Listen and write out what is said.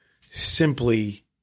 simply